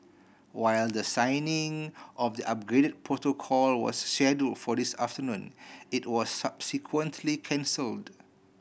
while the signing of the upgrade protocol was schedule for this afternoon it was subsequently cancelled